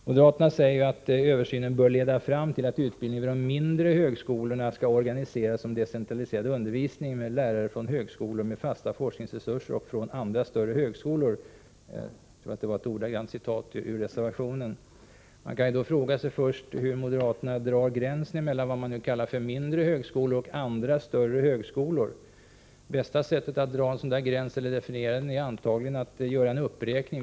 Moderaterna säger att översynen bör leda fram till att utbildningen vid de mindre högskolorna skall organiseras som decentraliserad undervisning med lärare från högskolor med fasta forskningsresurser och från andra större högskolor. Jag tror att det var ett ordagrant citat ur reservationen. Man kan fråga sig hur moderaterna drar gränsen mellan det de kallar mindre högskolor och andra större högskolor. Bästa sättet att dra en sådan gräns är antagligen att göra en uppräkning.